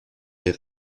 les